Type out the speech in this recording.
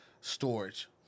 storage